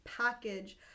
package